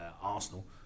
Arsenal